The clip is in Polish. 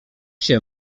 się